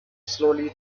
solely